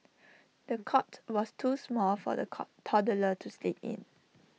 the cot was too small for the cold toddler to sleep in